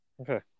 Okay